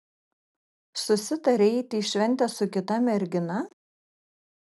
susitarei eiti į šventę su kita mergina